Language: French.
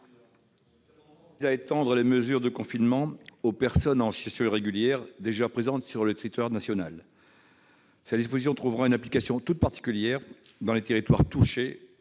vise à étendre les mesures de confinement aux personnes en situation irrégulière déjà présentes sur le territoire national. Cette disposition trouverait une application toute particulière dans les territoires touchés